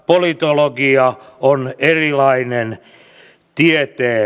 politologia on erilainen tieteenala